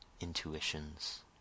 intuitions